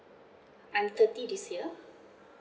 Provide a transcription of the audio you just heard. I'm thirty this year